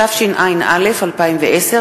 התשע"א 2010,